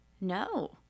No